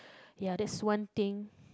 ya that's one thing